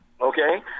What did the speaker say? Okay